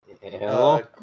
Hello